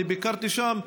אני ביקרתי שם,